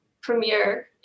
premiere